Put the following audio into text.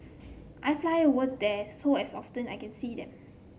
I fly over there so as often I can see them